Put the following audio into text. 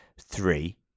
three